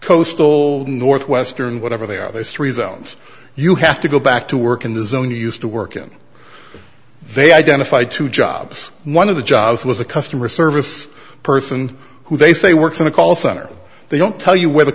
coastal northwestern whatever they are they stories owns you have to go back to work in the zone you used to work in they identified two jobs one of the jobs was a customer service person who they say works in a call center they don't tell you where the